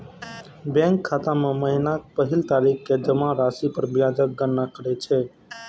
bank खाता मे महीनाक पहिल तारीख कें जमा राशि पर ब्याजक गणना करै छै